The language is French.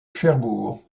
cherbourg